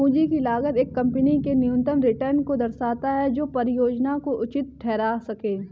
पूंजी की लागत एक कंपनी के न्यूनतम रिटर्न को दर्शाता है जो परियोजना को उचित ठहरा सकें